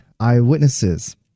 eyewitnesses